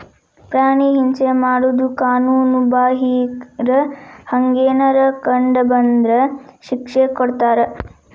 ಪ್ರಾಣಿ ಹಿಂಸೆ ಮಾಡುದು ಕಾನುನು ಬಾಹಿರ, ಹಂಗೆನರ ಕಂಡ ಬಂದ್ರ ಶಿಕ್ಷೆ ಕೊಡ್ತಾರ